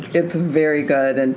it's very good. and